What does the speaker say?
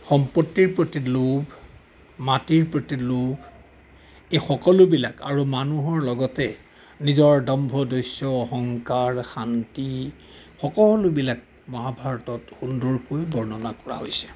সম্পত্তিৰ প্ৰতি লোভ মাটিৰ প্ৰতি লোভ এই সকলোবিলাক আৰু মানুহৰ লগতে নিজৰ দম্ভ ধৰ্য্য অহংকাৰ শান্তি সকলোবিলাক মহাভাৰতত সুন্দৰকৈ বৰ্ণনা কৰা হৈছে